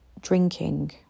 drinking